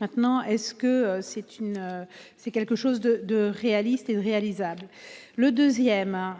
maintenant est-ce que c'est une. C'est quelque chose de réaliste et de réalisable. Le deuxième hein.